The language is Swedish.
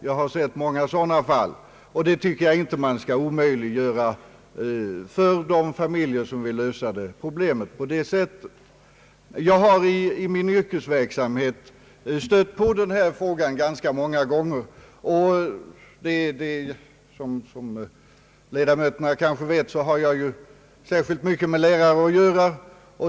Jag har sett många sådana fall, och jag tycker inte man skall göra det omöjligt för de familjer som så vill att lösa frågan på det sättet att pappan tar huvudansvaret för vården. Jag har i min yrkesverksamhet stött på denna fråga ganska många gånger. Som ledamöterna kanske vet har jag mycket med lärare att göra.